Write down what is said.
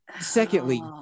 Secondly